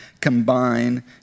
combine